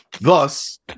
Thus